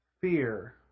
fear